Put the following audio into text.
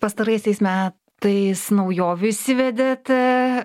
pastaraisiais metais naujovių įsivedėt